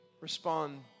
Respond